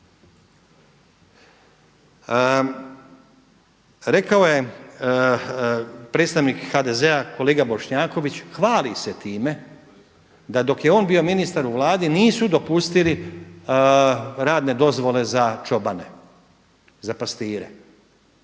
Rekao je predstavnik HDZ-a kolega Bošnjaković, hvali se time, da dok je on bio ministar u vladi nisu dopustili radne dozvole za čobane, za pastire,